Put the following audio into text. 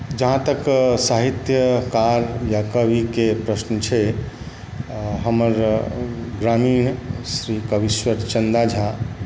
जहाँ तक साहित्यकार या कविके प्रश्न छै हमर ग्रामीण श्री कविश्वर चन्दा झा